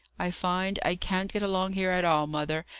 i find i can't get along here at all, mother,